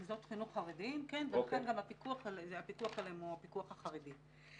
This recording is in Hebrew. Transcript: "מוסדות חינוך חרדיים" ולכן גם הפיקוח עליהם הוא הפיקוח החרדי.